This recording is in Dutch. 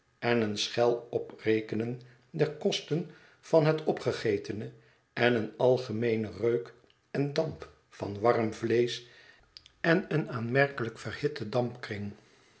en een schel oprekenen der kosten van het opgegetene en een algemeenen reuk en damp van warm vleesch en een aanmerkelijk verhitten dampkring